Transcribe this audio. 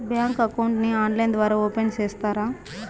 Bank account ని online ద్వారా open సేస్తారా?